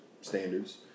standards